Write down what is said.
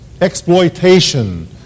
exploitation